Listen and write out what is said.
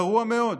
גרוע מאוד,